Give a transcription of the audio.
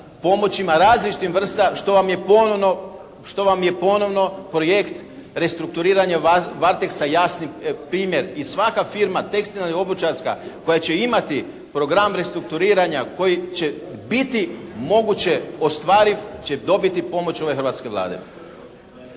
pomoćima različitih vrsta što vam je ponovno projekt restrukturiranje "Varteksa" jasni primjer i svaka firma tekstilna i obućarska koja će imati program restrukturiranja, koji će biti moguće ostvariti će dobiti pomoć ove hrvatske Vlade.